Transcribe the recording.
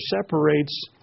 separates